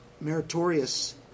Meritorious